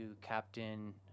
Captain